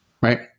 right